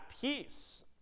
peace